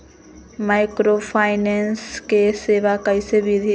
Microfinance के सेवा कइसे विधि?